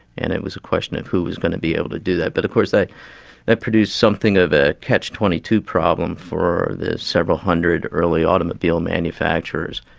and it was a question of who was going to be able to do that. but of course that produced something of a catch twenty two problem for the several hundred early automobile manufacturers.